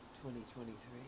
2023